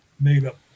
made-up